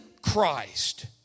Christ